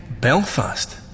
Belfast